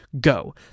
go